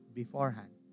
beforehand